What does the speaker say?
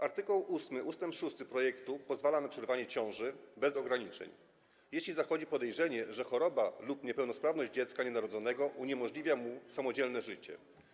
Art. 8 ust. 6 projektu pozwala na przerwanie ciąży bez ograniczeń, jeśli zachodzi podejrzenie, że choroba lub niepełnosprawność dziecka nienarodzonego uniemożliwia mu samodzielne życie.